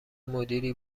مدیری